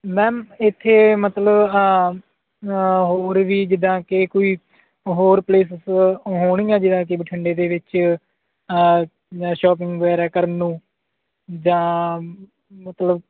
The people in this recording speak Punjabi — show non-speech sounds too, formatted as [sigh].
ਮੈਮ ਇੱਥੇ ਮਤਲਬ ਹੋਰ ਵੀ ਜਿੱਦਾਂ ਕਿ ਕੋਈ ਹੋਰ ਪਲੇਸਿਸ ਹੋਣਗੀਆਂ ਜਿੱਦਾਂ ਕਿ ਬਠਿੰਡੇ ਦੇ ਵਿੱਚ [unintelligible] ਸ਼ੋਪਿੰਗ ਵਗੈਰਾ ਕਰਨ ਨੂੰ ਜਾਂ ਮਤਲਬ